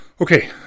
Okay